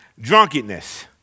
drunkenness